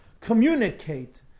communicate